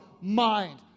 mind